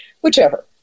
whichever